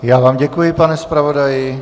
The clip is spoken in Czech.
Já vám děkuji, pane zpravodaji.